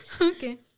Okay